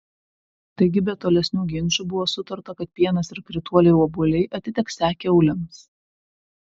taigi be tolesnių ginčų buvo sutarta kad pienas ir krituoliai obuoliai atiteksią kiaulėms